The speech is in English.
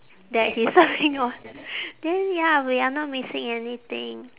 that he's surfing on then ya we are not missing anything